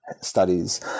studies